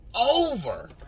over